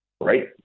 Right